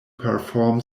perform